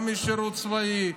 גם משירות צבאי,